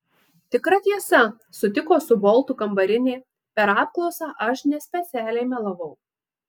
tikra tiesa sutiko su boltu kambarinė per apklausą aš nespecialiai melavau